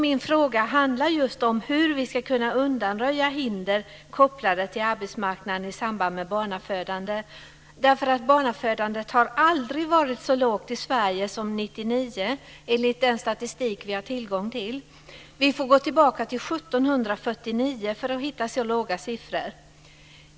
Min fråga handlar just om hur vi ska kunna undanröja hinder kopplade till arbetsmarknaden i samband med barnafödande. Barnafödandet har aldrig varit så lågt i Sverige som 1999 enligt den statistik vi har tillgång till. Vi får gå tillbaka till år 1749 för att hitta så låga siffror.